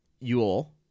Yule